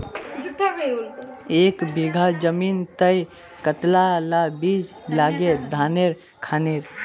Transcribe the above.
एक बीघा जमीन तय कतला ला बीज लागे धानेर खानेर?